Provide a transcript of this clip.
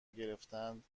گرفتند